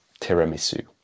tiramisu